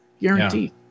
Guaranteed